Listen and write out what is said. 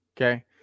Okay